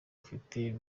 afite